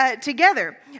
together